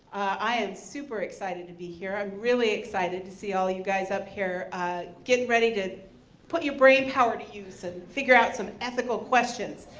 i am super excited to be here. i'm really excited to see all you guys up here getting ready to put your brainpower to use, and figure out some ethical questions.